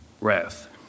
wrath